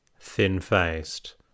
thin-faced